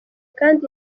kandi